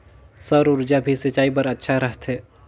सौर ऊर्जा भी सिंचाई बर अच्छा रहथे?